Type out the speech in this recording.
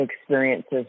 experiences